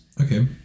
Okay